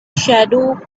shadow